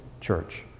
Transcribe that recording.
church